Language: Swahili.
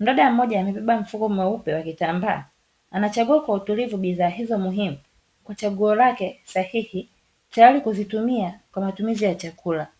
Mdada mmoja amebeba mfuko mweupe wa kitambaa, anachagua kwa utulivu bidhaa hizo muhimu, kwa chaguo lake sahihi, tayari kuzitumia kwa matumizi ya chakula.